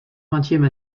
vingtième